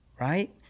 right